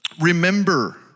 remember